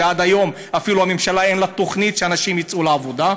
ועד היום אפילו אין לממשלה תוכנית שהנשים יצאו לעבודה,